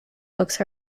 books